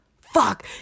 fuck